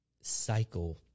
cycle